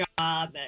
job